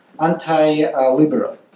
anti-liberal